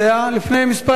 לפני כמה ימים,